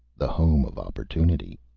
the home of opportunity.